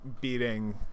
beating